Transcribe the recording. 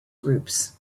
groups